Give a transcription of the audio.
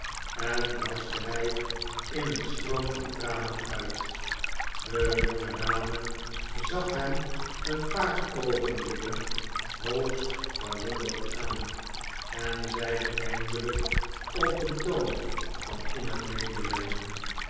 en barstte hij in een stroom van tranen uit de jonge dame zag hem een paar oogenblikken hoogst verwonderd aan en zeide eindelijk op een toon van innig medelijden